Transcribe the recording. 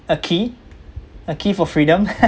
a key a key for freedom